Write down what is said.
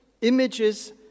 images